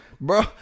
Bro